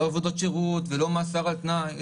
לא עבודות שירות ולא מאסר על תנאי,